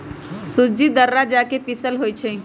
सूज़्ज़ी दर्रा जका पिसल होइ छइ